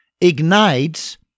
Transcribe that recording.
ignites